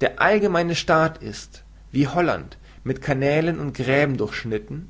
der allgemeine staat ist wie holland mit kanälen und gräben durchschnitten